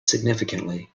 significantly